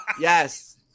Yes